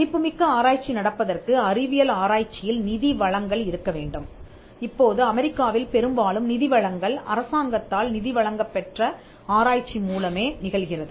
மதிப்புமிக்க ஆராய்ச்சி நடப்பதற்கு அறிவியல் ஆராய்ச்சியில் நிதி வழங்கல் இருக்க வேண்டும் இப்போது அமெரிக்காவில் பெரும்பாலும் நிதி வழங்கல் அரசாங்கத்தால் நிதி வழங்கப்பெற்ற ஆராய்ச்சி மூலமே நிகழ்கிறது